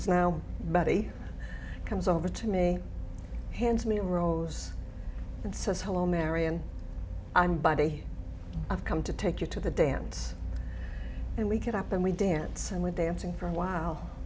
is now betty comes over to me hands me a rose and says hello marion i'm buddy i've come to take you to the dance and we get up and we dance and we're dancing for a while